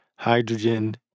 Hydrogen